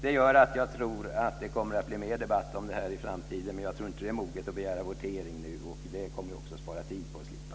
Det gör att jag tror att det kommer att bli mer debatt om det här i framtiden. Men jag tror inte att tiden är mogen för att nu begära votering. Det kommer vi också att spara tid på att slippa.